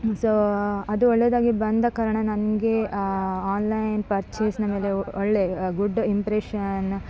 so ಅದು ಒಳ್ಳೆಯದಾಗಿ ಬಂದ ಕಾರಣ ನನಗೆ ಆನ್ಲೈನ್ ಪರ್ಚೇಸಿನ ಮೇಲೆ ಒಳ್ಳೆಯ ಗುಡ್ ಇಂಪ್ರೆಷನ್